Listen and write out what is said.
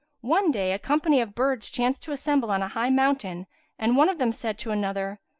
one day, a company of birds chanced to assemble on a high mountain and one of them said to another,